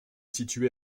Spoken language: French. situé